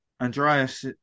Andreas